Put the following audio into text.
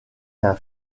d’un